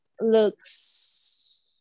looks